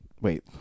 Wait